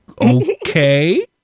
okay